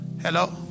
Hello